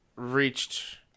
Reached